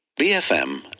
BFM